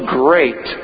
great